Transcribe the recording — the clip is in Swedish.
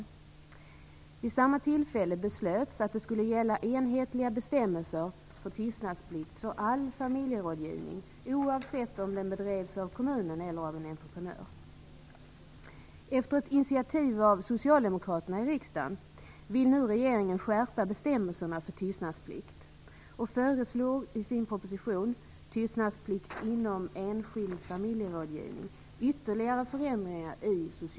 Vid samma tillfälle beslöts att det skulle gälla enhetliga bestämmelser för tystnadsplikt för all familjerådgivning, oavsett om den bedrevs av kommunen eller av en entreprenör.